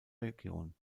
region